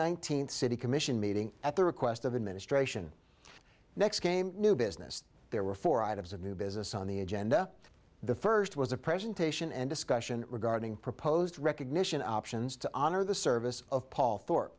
nineteenth city commission meeting at the request of administration next came new business there were four items of new business on the agenda the first was a presentation and discussion regarding proposed recognition options to honor the service of paul f